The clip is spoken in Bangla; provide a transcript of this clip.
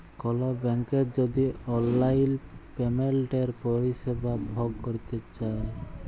কল ব্যাংকের যদি অললাইল পেমেলটের পরিষেবা ভগ ক্যরতে চায়